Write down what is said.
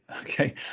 Okay